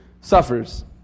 suffers